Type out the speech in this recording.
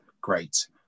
great